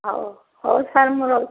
ହଉ ହଉ ସାର୍ ମୁଁ ରହୁଛି